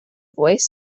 voice